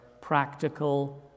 practical